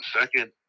Second